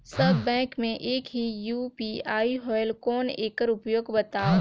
सब bank मे एक ही यू.पी.आई होएल कौन एकर उपयोग बताव?